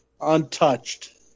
untouched